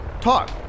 Talk